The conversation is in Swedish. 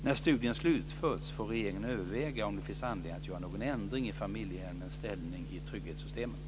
När studien slutförts får regeringen överväga om det finns anledning att göra någon ändring i familjehemmens ställning i trygghetssystemen.